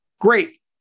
Great